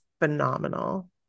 phenomenal